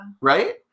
Right